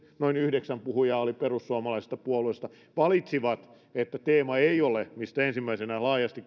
noin yhdeksän ensimmäistä puhujaa oli perussuomalaisesta puolueesta että teema mistä ensimmäisenä laajasti